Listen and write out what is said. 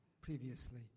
previously